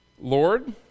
Lord